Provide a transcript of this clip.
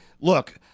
look